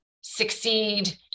succeed